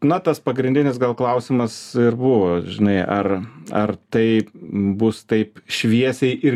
na tas pagrindinis gal klausimas buvo žinai ar ar tai bus taip šviesiai ir